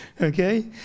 okay